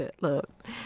look